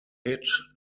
hit